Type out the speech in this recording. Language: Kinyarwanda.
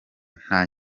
nta